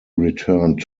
returned